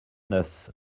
neuf